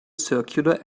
circular